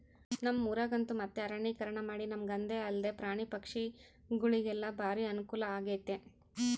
ನಮ್ಮ ಊರಗಂತೂ ಮತ್ತೆ ಅರಣ್ಯೀಕರಣಮಾಡಿ ನಮಗಂದೆ ಅಲ್ದೆ ಪ್ರಾಣಿ ಪಕ್ಷಿಗುಳಿಗೆಲ್ಲ ಬಾರಿ ಅನುಕೂಲಾಗೆತೆ